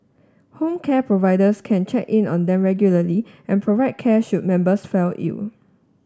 home care providers can check in on them regularly and provide care should members fell ill